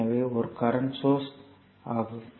எனவே இது ஒரு கரண்ட் சோர்ஸ் ஆகும்